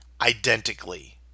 identically